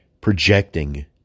projecting